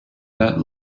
that